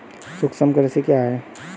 सूक्ष्म कृषि क्या है?